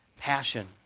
passion